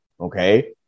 okay